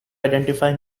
identify